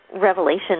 revelation